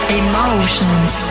emotions